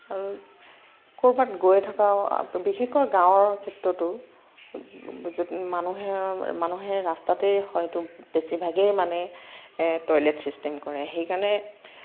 আৰু ক'ৰবাত গৈ থকা বিশেষকৈ গাঁৱৰ ক্ষেত্ৰতো য'ত মানুহে মানুহে ৰাস্তাতেই হয়টো বেছিভাগেই মানে টইলেট চিষ্টেম কৰে সেইকাৰণে